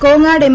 Kongad M